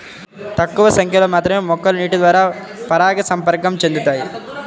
తక్కువ సంఖ్యలో మాత్రమే మొక్కలు నీటిద్వారా పరాగసంపర్కం చెందుతాయి